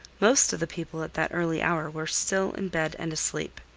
most of the people at that early hour were still in bed and asleep.